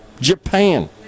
Japan